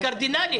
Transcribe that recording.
קרדינלית,